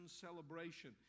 celebration